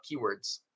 keywords